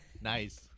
Nice